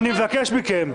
אני מבקש מכם.